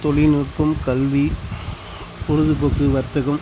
தொழில்நுட்பம் கல்வி பொழுதுப்போக்கு வர்த்தகம்